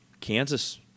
Kansas